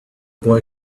boy